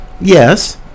Yes